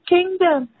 Kingdom